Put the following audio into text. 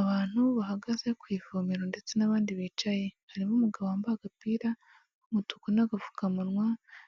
Abantu bahagaze ku ivomero ndetse n'abandi bicaye, harimo umugabo wambaye agapira k'umutuku n'agapfukamunwa